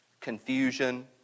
confusion